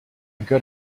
good